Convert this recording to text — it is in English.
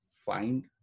find